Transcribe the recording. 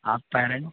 آپ پیرنٹ